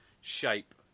shape